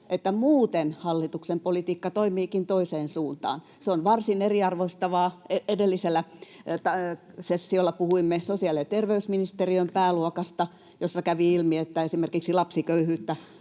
että muuten hallituksen politiikka toimiikin toiseen suuntaan, se on varsin eriarvoistavaa. Edellisellä sessiolla puhuimme sosiaali- ja terveysministeriön pääluokasta, jossa kävi ilmi, että esimerkiksi lapsiköyhyyttä